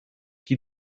qui